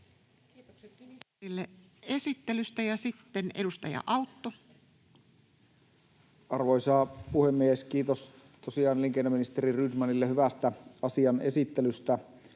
Kiitokset ministerille esittelystä. — Ja sitten edustaja Autto. Arvoisa puhemies! Kiitos tosiaan elinkeinoministeri Rydmanille hyvästä asian esittelystä.